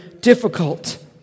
difficult